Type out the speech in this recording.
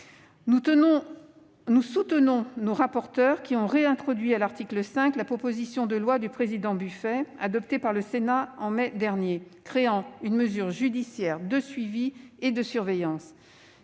Nous soutenons nos rapporteurs, qui ont réintroduit, à l'article 5, la proposition de loi du président Buffet que le Sénat avait adoptée en mai dernier, créant une mesure judiciaire de suivi et de surveillance.